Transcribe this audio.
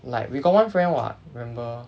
like we got one friend [what] remember